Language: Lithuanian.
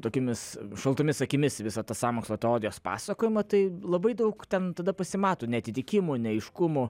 tokiomis šaltomis akimis į visą tą sąmokslo teorijos pasakojimą tai labai daug ten tada pasimato neatitikimų neaiškumų